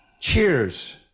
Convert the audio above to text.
cheers